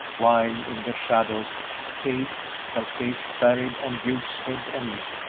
while in the shadows kate, her face buried on duke's head and neck,